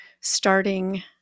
starting